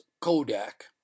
Kodak